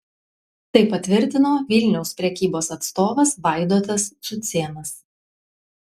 tai patvirtino vilniaus prekybos atstovas vaidotas cucėnas